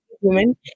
human